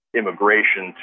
immigration